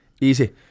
easy